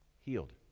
healed